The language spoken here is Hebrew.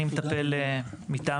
אני מטפל מטעם